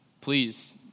please